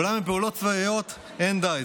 אולם בפעולות צבאיות לא די.